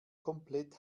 komplett